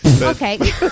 Okay